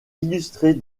illustrer